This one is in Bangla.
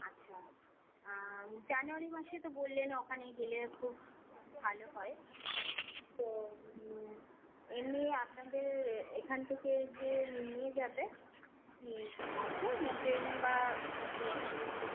আচ্ছা জানুয়ারি মাসে তো বললেন ওখানে গেলে খুব ভালো হয় তো এমনি আপনাদের এখান থেকে যে নিয়ে যাবে কি বাসে না ট্রেনে বা না কি অন্য কিছু